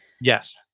Yes